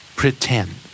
pretend